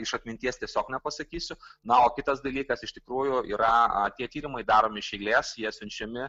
iš atminties tiesiog nepasakysiu na o kitas dalykas iš tikrųjų yra tie tyrimai daromi iš eilės jie siunčiami